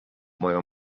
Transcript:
moją